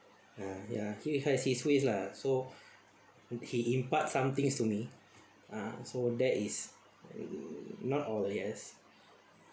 ah ya he has his ways lah so he imparts somethings to me ah so that is non obvious